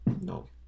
no